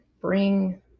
bring